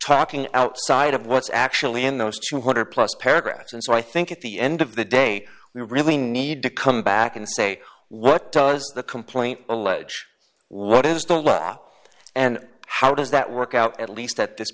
talking outside of what's actually in those two hundred dollars plus paragraphs and so i think at the end of the day we really need to come back and say what does the complaint allege what is the law and how does that work out at least at this